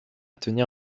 tenir